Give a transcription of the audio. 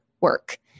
work